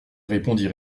répondit